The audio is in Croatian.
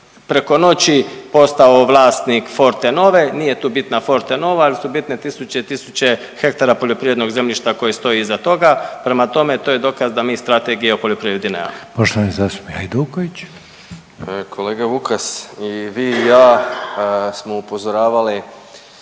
preko noći postao vlasnik Fortenove, nije tu bitna Fortenova, ali su bitne tisuće i tisuće hektara poljoprivrednog zemljišta koji stoji iza toga, prema tome to je dokaz da mi strategije o poljoprivredi nemamo. **Reiner, Željko (HDZ)** Poštovani zastupnik